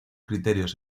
criterios